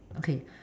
okay